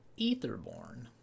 Etherborn